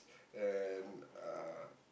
and uh